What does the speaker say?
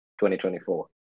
2024